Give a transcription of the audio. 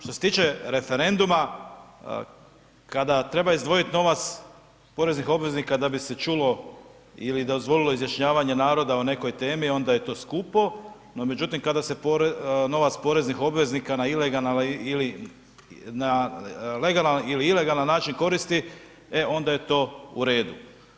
Što se tiče referenduma, kada treba izdvojiti novac poreznih obveznika da bi se čulo ili dozvolilo izjašnjavanje naroda o nekoj temi, onda je to skupo, no, međutim, kada se novac poreznih obveznika na legalan ili ilegalan način koristi, e onda je to u redu.